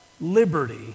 liberty